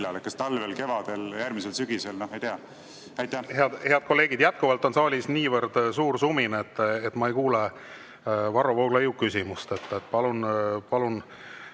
kas talvel, kevadel, järgmisel sügisel. Noh, ei tea. Head kolleegid! Jätkuvalt on saalis niivõrd suur sumin, et ma ei kuule Varro Vooglaiu küsimust. Palun